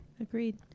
Agreed